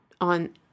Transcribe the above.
on